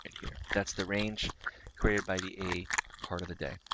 and here. that's the range created by the a part of the day.